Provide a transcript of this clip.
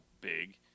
big